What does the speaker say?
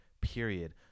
period